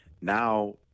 now